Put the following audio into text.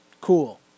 cool